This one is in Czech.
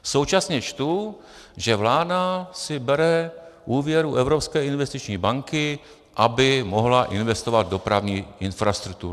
Současně čtu, že vláda si bere úvěr u Evropské investiční banky, aby mohla investovat do dopravní infrastruktury.